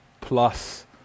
plus